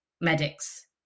medics